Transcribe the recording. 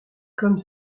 comme